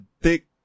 thick